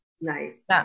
Nice